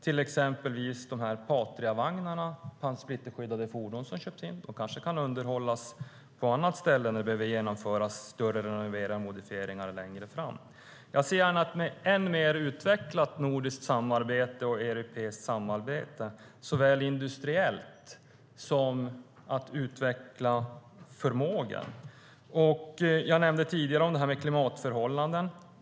Det gäller till exempel Patriavagnarna, de splitterskyddade fordon som har köpts in. De kanske kan underhållas på annat ställe när det behöver genomföras större renoveringar eller modifieringar längre fram. Jag ser gärna ett än mer utvecklat nordiskt och europeiskt samarbete såväl industriellt som när det gäller att utveckla förmågan. Jag nämnde tidigare klimatförhållanden.